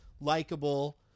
likable